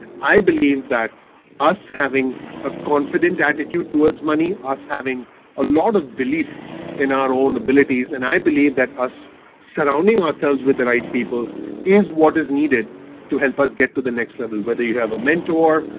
i believe that us having a confident attitude towards money, us having a lot of belief in our own abilities and i believe that us surrounding ourselves with the right people is what is needed to help us get to the next level. whether you have a mentor,